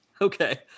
Okay